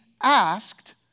asked